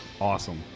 awesome